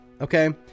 Okay